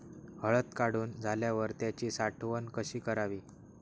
हळद काढून झाल्यावर त्याची साठवण कशी करावी?